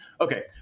Okay